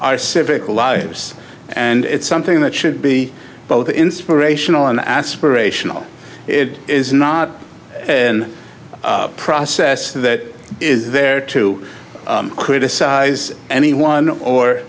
our civic lives and it's something that should be both inspirational and aspirational it is not in process that is there to criticize anyone or